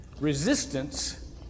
Resistance